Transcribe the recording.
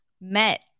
met